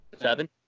Seven